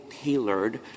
tailored